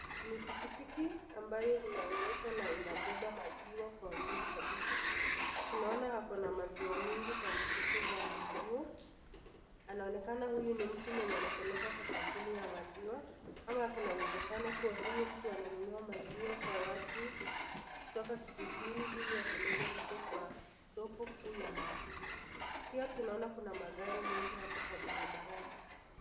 Ni pikipiki ambayo inaendeshwa na inabeba maziwa kwa wingi kabisa. Tunaona ako na maziwa mingi kwa mikebe ya maziwa. Anaonekana huyu ni mtu mwenye anapeleka kwa kampuni ya maziwa ama kuna uwezekano kuwa huyu mtu ananunua maziwa kwa watu kutoka kijijini ili apeleke huko kwa soko kuu ya maziwa. Pia tunaona kuna magari mengi hapo kwa barabarani.